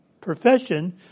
profession